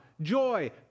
joy